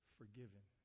forgiven